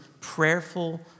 prayerful